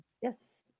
yes